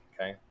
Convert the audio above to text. Okay